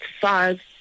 five